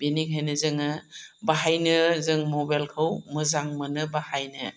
बेनिखायनो जोङो बाहायनो जों मबाइलखौ मोजां मोनो बाहायनो